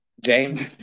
James